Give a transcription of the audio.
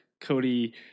Cody